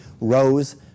rose